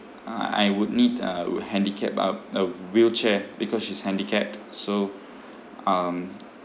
uh I would need uh wou~ handicapped uh a wheelchair because she's handicapped so um